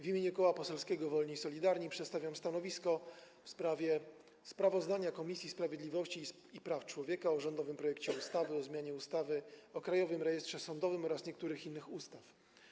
W imieniu Koła Poselskiego Wolni i Solidarni przedstawiam stanowisko wobec sprawozdania Komisji Sprawiedliwości i Praw Człowieka o rządowym projekcie ustawy o zmianie ustawy o Krajowym Rejestrze Sądowym oraz niektórych innych ustaw.